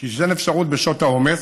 שתיתן אפשרות בשעות העומס.